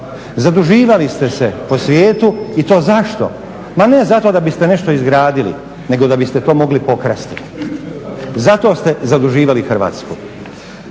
zaduživali ste se po svijetu. I to zašto? Ma ne zato da biste nešto izgradili nego da biste to mogli pokrasti. Zato ste zaduživali Hrvatsku.